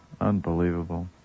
Unbelievable